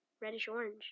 Reddish-orange